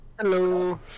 Hello